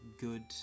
good